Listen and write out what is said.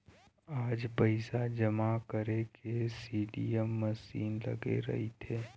आज पइसा जमा करे के सीडीएम मसीन लगे रहिथे